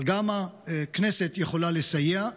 אבל גם הכנסת יכולה לסייע,